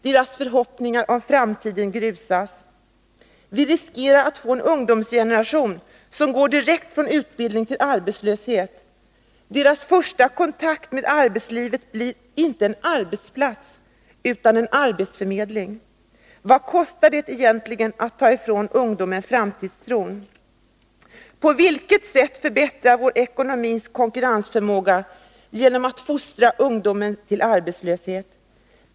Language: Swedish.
Deras förhoppningar om framtiden grusas. Vi riskerar att få en ungdomsgeneration som går direkt från utbildning till arbetslöshet. Dessa ungdomars första kontakt med arbetslivet blir inte en arbetsplats utan en arbetsförmedling. Vad kostar det egentligen att ta ifrån ungdomen framtidstron? På vilket sätt förbättras vår industris konkurrensförmåga genom att vi fostrar ungdomen till arbetslöshet?